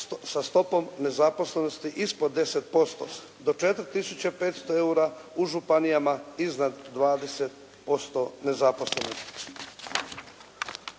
sa stopom nezaposlenosti ispod 10%, do 4500 eura u županijama iznad 20% nezaposlenosti.